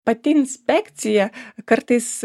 pati inspekcija kartais